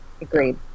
Agreed